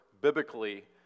biblically